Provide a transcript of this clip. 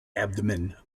abdomen